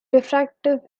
refractive